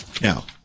Now